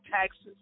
taxes